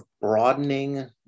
broadening